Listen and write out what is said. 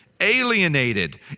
alienated